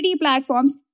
platforms